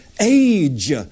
age